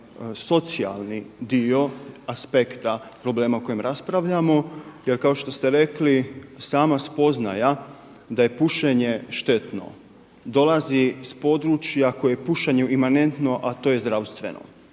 socijalni dio aspekta problema o kojem raspravljamo. Jer kao što ste rekli sama spoznaja da je pušenje štetno dolazi s područja koje je pušenju imanentno a to je zdravstveno.